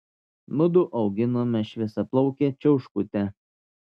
mudu auginome šviesiaplaukę čiauškutę